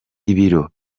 ibiro